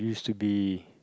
should be